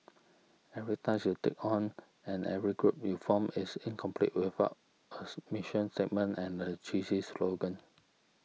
every task you take on and every group you form is incomplete without a submission statement and a cheesy slogan